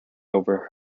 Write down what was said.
over